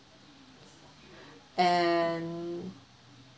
and